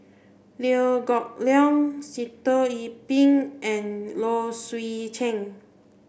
Liew Geok Leong Sitoh Yih Pin and Low Swee Chen